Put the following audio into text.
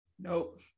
nope